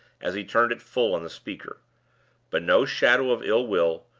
as he turned it full on the speaker but no shadow of ill-will,